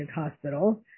hospital